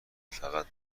فقط